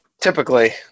typically